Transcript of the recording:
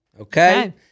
Okay